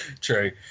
True